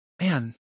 man